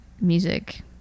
music